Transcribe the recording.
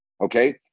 okay